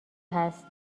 هست